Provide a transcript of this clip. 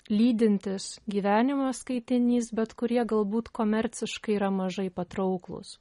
lydintis gyvenimo skaitinys bet kurie galbūt komerciškai yra mažai patrauklūs